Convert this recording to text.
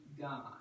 God